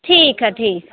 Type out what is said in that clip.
ठीक है ठीक